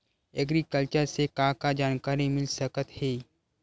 Agriculture से का का जानकारी मिल सकत हे?